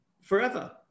forever